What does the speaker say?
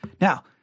Now